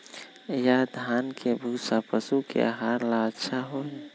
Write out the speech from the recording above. या धान के भूसा पशु के आहार ला अच्छा होई?